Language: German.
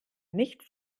nicht